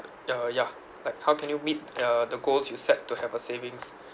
ya yeah like how can you meet uh the goals you set to have a savings